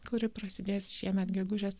kuri prasidės šiemet gegužės